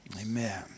Amen